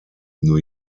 new